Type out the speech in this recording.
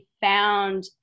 found